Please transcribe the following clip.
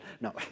No